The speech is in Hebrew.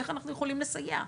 איך אנחנו יכולים לסייע.